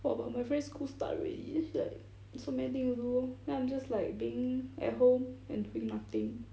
!wah! but my friend school start already she like so many thing to do then I'm just being at home and doing nothing